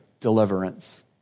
deliverance